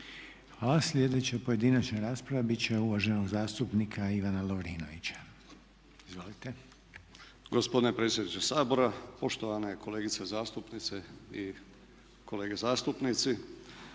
Hvala. Sljedeća pojedinačna rasprava bit će uvaženog zastupnika Ivana Lovrinovića. **Lovrinović, Ivan (MOST)** Gospodine predsjedniče Sabora, poštovane kolegice zastupnice i kolege zastupnici,